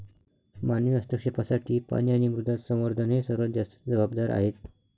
मानवी हस्तक्षेपासाठी पाणी आणि मृदा संवर्धन हे सर्वात जास्त जबाबदार आहेत